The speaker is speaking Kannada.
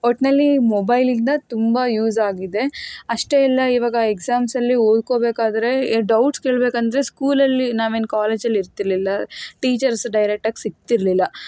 ಒಟ್ಟಿನಲ್ಲಿ ಮೊಬೈಲಿಂದ ತುಂಬ ಯೂಸ್ ಆಗಿದೆ ಅಷ್ಟೇ ಅಲ್ಲ ಈವಾಗ ಎಕ್ಸಾಮ್ಸಲ್ಲಿ ಓದ್ಕೋಬೇಕಾದರೆ ಡೌಟ್ಸ್ ಕೇಳಬೇಕೆಂದರೆ ಸ್ಕೂಲಲ್ಲಿ ನಾವೇನು ಕಾಲೇಜಲ್ಲಿ ಇರ್ತಿರಲಿಲ್ಲ ಟೀಚರ್ಸ್ ಡೈರೆಕ್ಟಾಗಿ ಸಿಗ್ತಿರಲಿಲ್ಲ